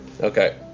okay